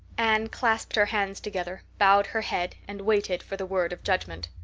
anne clasped her hands together, bowed her head, and waited for the word of judgment.